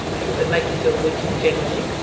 and does it make you feel good generally?